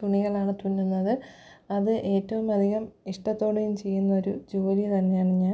തുണികളാണ് തുന്നുന്നത് അത് ഏറ്റവും അധികം ഇഷ്ടത്തോടെയും ചെയ്യുന്ന ഒരു ജോലി തന്നെയാണ് ഞാൻ